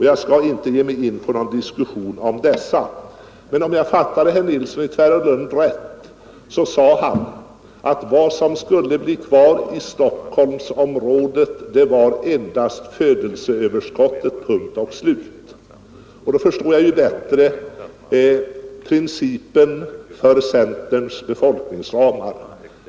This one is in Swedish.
Jag skall inte ge mig in på någon diskussion av dessa. Men om jag fattade herr Nilsson i Tvärålund rätt sade han att vad som skulle bli kvar i Stockholmsområdet var endast födelseöverskottet, punkt och slut. Då förstår jag bättre principen för centerns befolkningsramar.